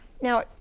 Now